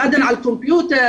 שאדן במחשב,